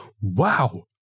wow